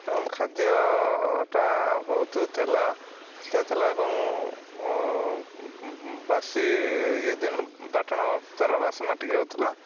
ଏବଂ ଖାଦ୍ୟଟା ବହୁତ ତେଲ ଥିଲା ଏବଂ ବାସି ଇଏ ଦିନ ବାଟଣ ତାର ବାସନା ଟିକେ ହେଉଥିଲା